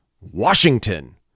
Washington